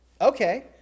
Okay